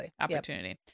opportunity